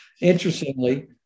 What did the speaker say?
Interestingly